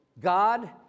God